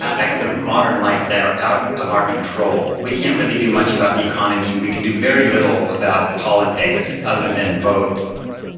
acts of modern life that are out of our control. we can't really do much about the economy, we can do very little about politics other than vote